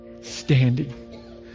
standing